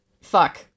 fuck